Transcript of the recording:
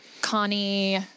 Connie